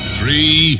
Three